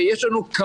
יש לנו,